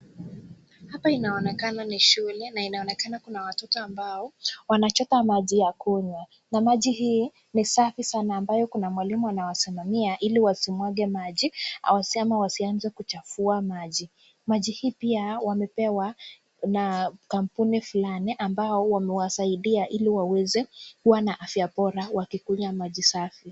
Hapa inaonekana ni shule na inaonekana kuna watoto ambao wanachota maji ya kunywa na maji hii ni safi sana ambayo kuna mwalimu anawasimamia ili wasimwage maji anasema wasianze kuchafua maji. Maji hii pia wamepewa na kampuni fulani ambao wamewasaidia ili waeweze kuwa na afya bora wakikunywa maji.